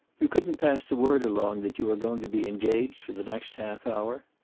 you couldn't pass the word along that you are going to be engaged for the next half hour?